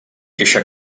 eixa